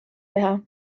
teha